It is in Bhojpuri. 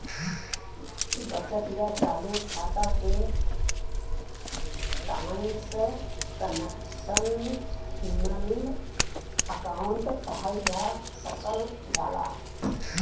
बचत या चालू खाता के ट्रांसक्शनल अकाउंट कहल जा सकल जाला